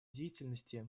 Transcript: деятельности